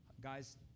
Guys